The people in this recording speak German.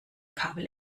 kabel